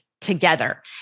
together